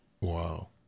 wow